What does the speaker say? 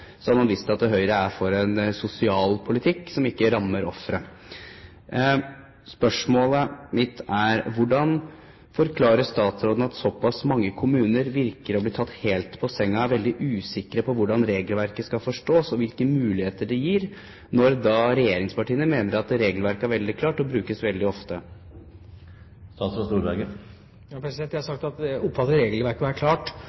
at Høyre er for en sosial politikk som ikke rammer ofre. Spørsmålet mitt er: Hvordan forklarer statsråden at såpass mange kommuner virker som å bli tatt helt på senga og er veldig usikre på hvordan regelverket skal forstås, og hvilke muligheter det gir, mens regjeringspartiene mener at regelverket er veldig klart og brukes veldig ofte? Jeg har sagt at jeg oppfatter regelverket for å være klart.